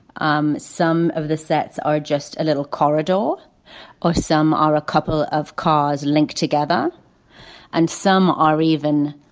um some of the sets are just a little corridor or some are a couple of cars linked together and some are even.